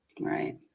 Right